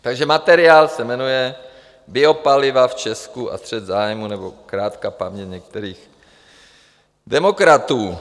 Takže materiál se jmenuje Biopaliva v Česku a střet zájmů aneb krátká paměť některých demokratů.